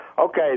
Okay